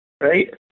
Right